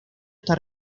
está